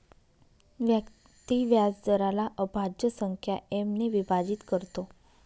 व्यक्ती व्याजदराला अभाज्य संख्या एम ने विभाजित करतो